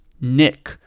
Nick